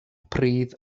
pridd